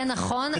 זה נכון,